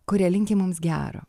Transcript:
kurie linki mums gero